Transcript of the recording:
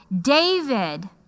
David